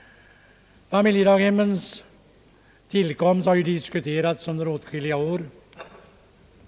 Familjedaghemmens tillkomst har ju diskuterats under åtskilliga år.